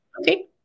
Okay